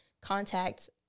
contact